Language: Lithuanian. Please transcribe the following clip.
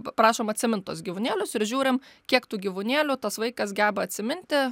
prašom atsimint tuos gyvūnėlius ir žiūrim kiek tų gyvūnėlių tas vaikas geba atsiminti